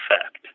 effect